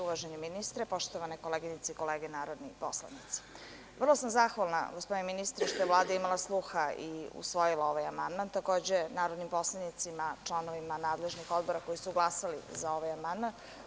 Uvaženi ministre, poštovane koleginice i kolege narodni poslanici, vrlo sam zahvalna, gospodine ministre, što je Vlada imala sluha i usvojila ovaj amandman, takođe, narodnim poslanicima, članovima nadležnih odbora koji su glasali za ovaj amandman.